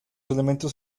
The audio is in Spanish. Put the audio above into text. elementos